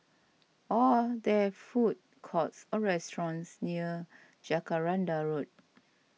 are there food courts or restaurants near Jacaranda Road